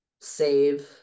save